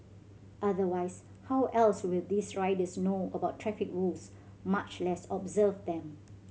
otherwise how else will these riders know about traffic rules much less observe them